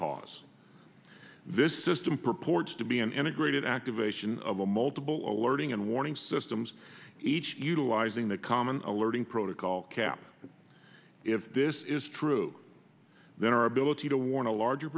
pause this system purports to be an integrated activation of multiple alerting and warning systems each utilizing that common alerting protocol cap if this is true then our ability to warn a larger